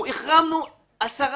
החרמנו עשר